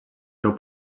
seu